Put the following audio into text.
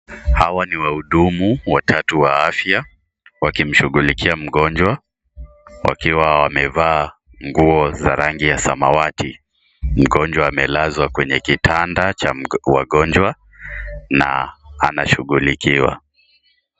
Hawa ni waudumu watatu wa afya wakimshugulikia mgonjwa wakiwa wamevaa nguo ya samawati. Mgonjwa amelazwa kwenye kitanda cha wagonjwa na anashugulikiwa.